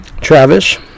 Travis